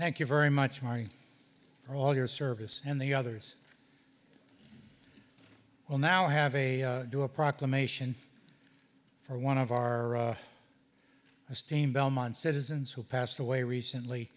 thank you very much my all your service and the others will now have a do a proclamation for one of our esteemed belmont citizens who passed away recently